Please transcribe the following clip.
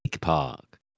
park